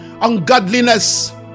ungodliness